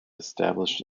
established